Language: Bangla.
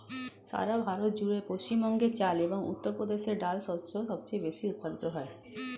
সারা ভারত জুড়ে পশ্চিমবঙ্গে চাল এবং উত্তরপ্রদেশে ডাল শস্য সবচেয়ে বেশী উৎপাদিত হয়